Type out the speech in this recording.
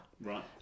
Right